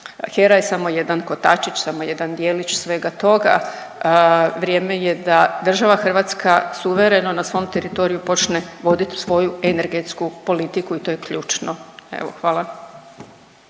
HERA je samo jedan kotačić, samo jedan djelić svega toga. Vrijeme je da država Hrvatska suvereno na svom teritoriju počne vodit svoju energetsku politiku i to je ključno. Evo hvala.